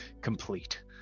complete